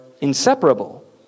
inseparable